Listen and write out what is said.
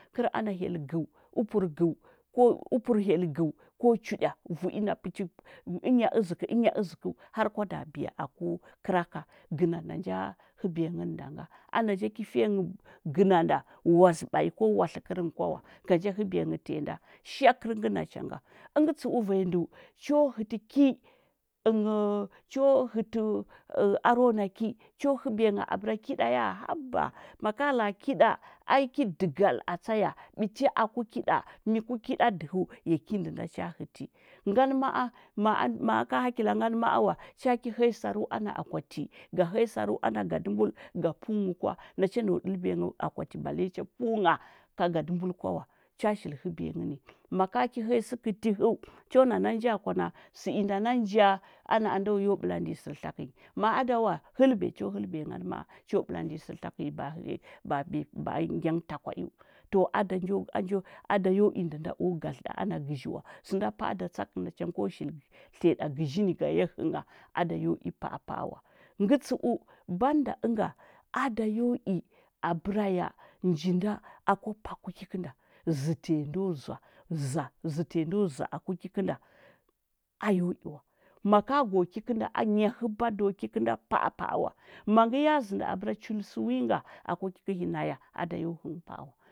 Kəl ana heli gə upər gə ko upər heli ko chuɗa vu i na puchi ənya əzəkə ənya əzəkə har kwa nda biya aku kəra ka, gəna nda nja həbiya nghə nə nda nga. A nacha ki fiya nghə gə gəna nda wazəɓai ko watlə kərnghə kwa wa. Ga nja həbiya nghə tanyi nda, shakər ngə nacha nga. Əngə tsəu vanya ndəu, cho hətə ki, ənghəu cho hətə aro na ki, cho həbiya ngha abəra ki ɗa ya, haba am ka la a ki ɗa, ai ki dəgal atsa ya. Ɓiti aku ki ɗa, mi ku ki ɗa dəhəu, ya o ki ndə nda cha həti. Ngan ma a, ma a ma a aka hakila ngan ma a wa, cha ki həya saru ana akwati, ga həya saru ana gadəmbul, ga pəu nghə kwa. nacha nau ɗəlbiya nghə akwati bale cha pəu ngha ka gadəmbul kwa wa, cha shil həbiya nghə ni. Ma ka ki həya sə kətəhəu, cho na nanə ja akwana, sə inda nanə ja, a na a nda wa yo ɓəlandə nyi sər tlakə nyi. Ma a da wa, həlbiya cho həlbiya həhəla, cho ɓəlandə nyi sər tlakə nyi ba a biya ba a ngya nghə tahaiu. To a da njo a njo a da yo i ndə nda o gadlə ɗa ana gəzhi wa. Sənda pa a da tsa kə nacha ngə ko shil tliya ɗa gəzhi ni ga ya hə ngha, a da yo i pa apa a wa. Ngə tsəu, banda ənga, a da yo i abəra ya, nji nda aku pama ki kə nda zə tanyi ndo za za zə tanyi ndo za aku ki kə nda, a yo i wa. Ma ka go ki kə nda, a nya həba do ki kə nda pa apa a wa. Ma ngə ya zəndə abəra ya chul sə wi nga aku ki naya a da yo i wa.